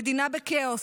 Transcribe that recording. המדינה בכאוס,